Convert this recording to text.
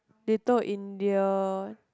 Little India